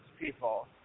people